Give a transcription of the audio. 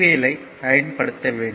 L I பயன்படுத்த வேண்டும்